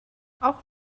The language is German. auch